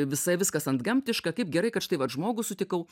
visai viskas antgamtiška kaip gerai kad štai vat žmogų sutikau